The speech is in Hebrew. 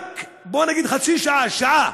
רק, בוא נגיד חצי שעה, שעה,